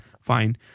fine